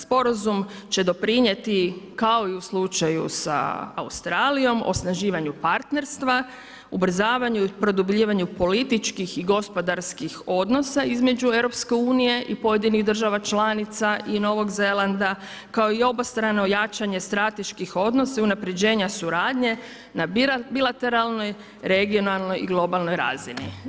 Sporazum će doprinijeti kao i u slučaju sa Australijom, osnaživanju partnerstvu, ubrzavanju i produbljivanju političkih i gospodarskih odnosa između EU-a i pojedinih država članica i Novog Zelanda kao i obostrano jačanje strateških odnosa i unapređenja suradnje na bilateralnoj, regionalnoj i globalnoj razini.